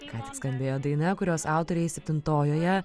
ką tik skambėjo daina kurios autoriai septintojoje